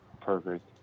perfect